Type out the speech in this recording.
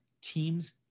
teams